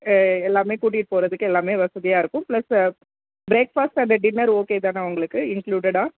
எ எல்லாமே கூட்டிகிட்டு போகறதுக்கு எல்லாமே வசதியாக இருக்கும் plus breakfast and dinner okay தானே உங்களுக்கு இன்க்ளூடட்டாக